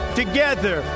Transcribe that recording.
together